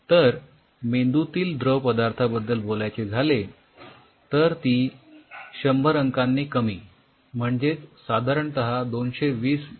तर मेंदूतील द्रव पदार्थाबद्दल बोलायचे झाले तर ती १०० अंकांनी कमी म्हणजेच साधारणतः २२० मिलीऑस्मोल एवढी असते